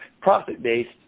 profit-based